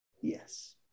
Yes